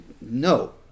No